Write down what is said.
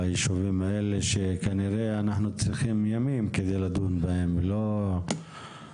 לישובים האלה שכנראה אנחנו צריכים ימים על מנת לדון בהם ולא שעות.